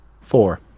Four